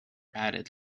added